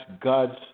God's